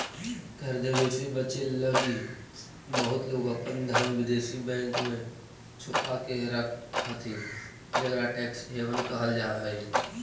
कर देवे से बचे लगी बहुत लोग अपन धन विदेशी बैंक में छुपा के रखऽ हथि जेकरा टैक्स हैवन कहल जा हई